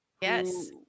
Yes